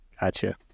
Gotcha